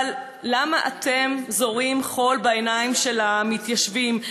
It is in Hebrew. אבל למה אתם זורים חול בעיניים של המתיישבים?